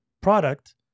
product